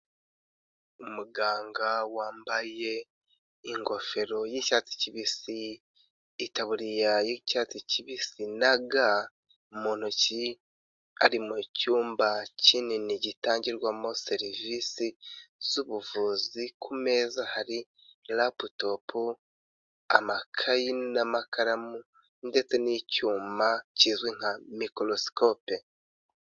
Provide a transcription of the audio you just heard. Umuganga wambaye ingofero y'icyatsi kibisi, itaburiya y'icyatsi kibisi na ga mu ntoki, ari mu cyumba kinini gitangirwamo serivisi z'ubuvuzi, ku meza hari laputopu, amakayi n'amakaramu ndetse n'icyuma kizwi nka mikorosikope.